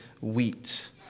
wheat